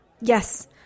Yes